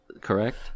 correct